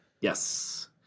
Yes